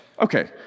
okay